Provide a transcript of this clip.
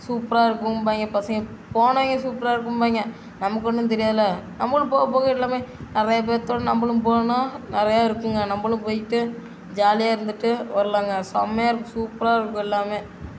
சூப்பராக இருக்கும்பாங்க பசங்க போனவங்க சூப்பராக இருக்கும்பாங்க நமக்கு ஒன்றும் தெரியாதில்ல நம்மளும் போக போக எல்லாமே நிறையா பேர்த்தோட நம்மளும் போனால் நிறையா இருக்குதுங்க நம்மளும் போய்ட்டு ஜாலியாக இருந்துட்டு வரலாங்க செம்மையாக இருக்கு சூப்பராக இருக்கும் எல்லாமே